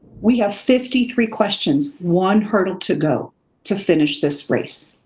we have fifty three questions, one hurdle to go to finish this race.